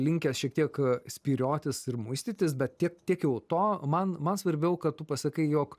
linkęs šiek tiek spyriotis ir muistytis bet tiek tiek jau to man man svarbiau kad tu pasakai jog